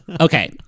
okay